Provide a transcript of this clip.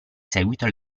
seguito